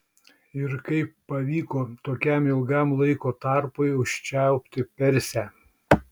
ir kaip pavyko tokiam ilgam laiko tarpui užčiaupti persę